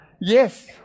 Yes